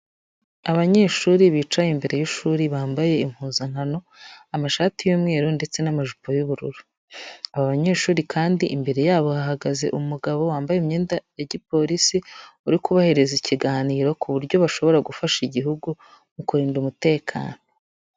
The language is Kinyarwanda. Abanyeshuri bicaye imbere y'ishuri bambaye impuzankano amashati y'umweru ndetse n'amajipo y'ubururu, aba banyeshuri kandi imbere yabo hahagaze umugabo wambaye imyenda ya gipolisi uri kubahereza ikiganiro ku buryo bashobora gufasha Igihugu mu kurinda umutekano.